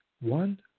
one